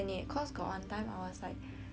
when I had hair there right